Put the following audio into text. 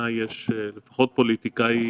בעיניי יש לפחות פוליטיקאי